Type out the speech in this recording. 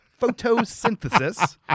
photosynthesis